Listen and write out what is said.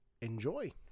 enjoy